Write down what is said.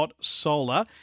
solar